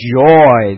joy